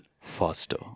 faster